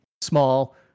small